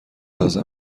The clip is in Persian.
لازم